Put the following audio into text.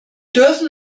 dürfen